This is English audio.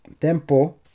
Tempo